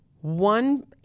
one